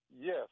Yes